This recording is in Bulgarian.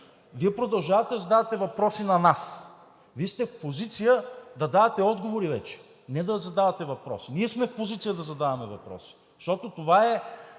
Вие продължавате да задавате въпроси на нас. Вие сте в позиция да давате отговори вече – не да задавате въпроси. Ние сме в позиция да задаваме въпроси, защото това е